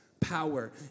Power